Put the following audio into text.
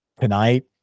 tonight